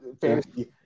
fantasy